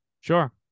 Sure